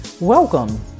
Welcome